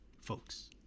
folks